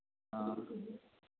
ହଁ